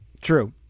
True